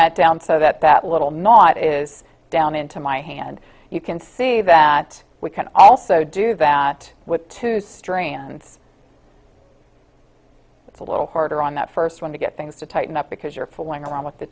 that down so that that little knot is down into my hand you can see that we can also do that with two strains it's a little harder on that first one to get things to tighten up because you're fooling around with the